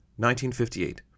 1958